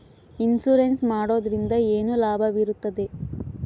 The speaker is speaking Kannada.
ಇನ್ಸೂರೆನ್ಸ್ ಮಾಡೋದ್ರಿಂದ ಏನು ಲಾಭವಿರುತ್ತದೆ?